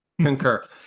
Concur